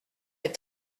est